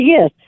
Yes